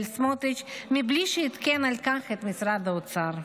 סמוטריץ' מבלי שעדכן על כך את משרד האוצר.